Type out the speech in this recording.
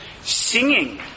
singing